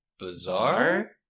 Bazaar